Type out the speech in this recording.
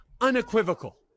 unequivocal